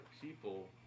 people